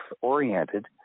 oriented